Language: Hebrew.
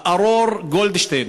הארור גולדשטיין,